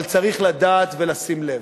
אבל צריך לדעת ולשים לב.